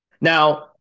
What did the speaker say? Now